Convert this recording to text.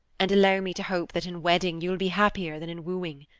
and allow me to hope that in wedding you will be happier than in wooing.